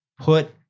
Put